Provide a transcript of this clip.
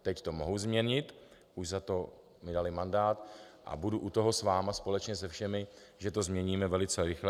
Teď to mohu změnit, už za to mi dali mandát, a budu u toho s vámi společně se všemi, že to změníme velice rychle.